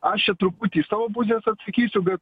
aš čia truputį iš savo pusės atsakysiu bet